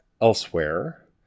elsewhere